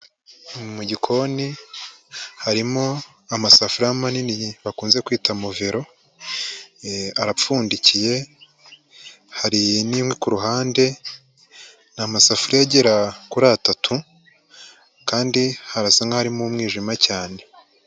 Mu gikoni harimo amasafuriya manini bakunze kwita muvero, arapfundikiye, hari n'imwe ku ruhande, ni amasafuriya agera kuri atatu, kandi harasa nk'aho harimo umwijima cyane.